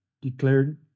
declared